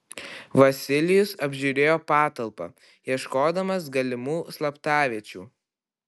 vasilijus apžiūrėjo patalpą ieškodamas galimų slaptaviečių